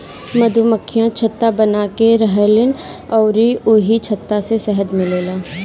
मधुमक्खियाँ छत्ता बनाके रहेलीन अउरी ओही छत्ता से शहद मिलेला